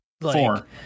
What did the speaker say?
Four